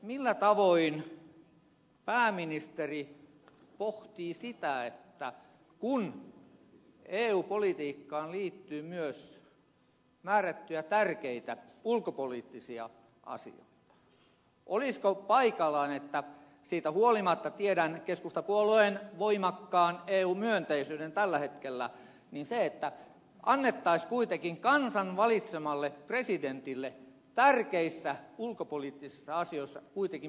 millä tavoin pääministeri pohtii sitä kun eu politiikkaan liittyy myös määrättyjä tärkeitä ulkopoliittisia asioita olisiko paikallaan siitä huolimatta että tiedän keskustapuolueen voimakkaan eu myönteisyyden tällä hetkellä että annettaisiin kansan valitsemalle presidentille tärkeissä ulkopoliittisissa asioissa kuitenkin merkittävä painoarvo